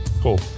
Cool